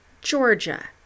Georgia